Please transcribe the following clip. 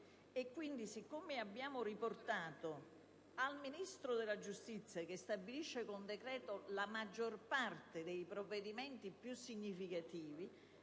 siccome abbiamo riportato al Ministro della giustizia, che li stabilisce con decreto, la maggior parte dei provvedimenti più significativi,